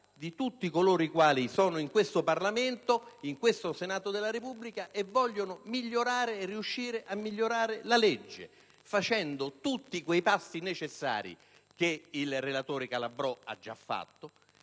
di tutti coloro i quali sono in questo Parlamento, in questo Senato della Repubblica e vogliono migliorare, vogliono riuscire a migliorare il testo del provvedimento compiendo tutti i passi necessari che il relatore Calabrò ha già fatto